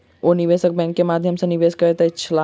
ओ निवेशक बैंक के माध्यम सॅ निवेश करैत छलाह